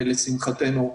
לשמחתנו,